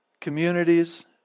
communities